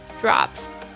drops